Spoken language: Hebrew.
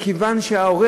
מכיוון שההורה,